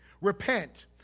repent